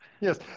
yes